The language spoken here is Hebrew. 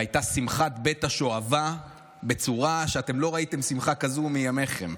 והייתה שמחת בית השואבה בצורה שאתם לא ראיתם שמחה כזאת מימיכם.